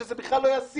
שזה בכלל לא ישים.